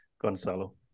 Gonzalo